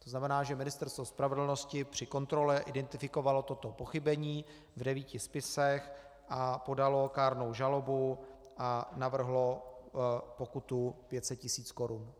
To znamená, že Ministerstvo spravedlnosti při kontrole identifikovalo toto pochybení v devíti spisech a podalo kárnou žalobu a navrhlo pokutu 500 tisíc korun.